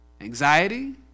Anxiety